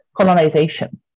colonization